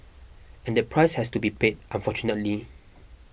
and the price has to be paid unfortunately